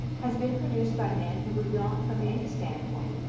has been produced by men who could not, from any standpoint,